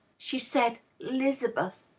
she said lizabeth,